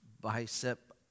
bicep